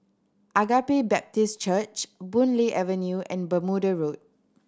Agape Baptist Church Boon Lay Avenue and Bermuda Road